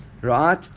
right